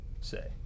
say